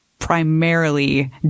Primarily